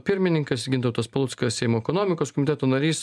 pirmininkas gintautas paluckas seimo ekonomikos komiteto narys